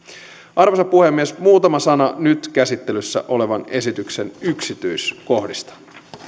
arvoisa puhemies muutama sana nyt käsittelyssä olevan esityksen yksityiskohdista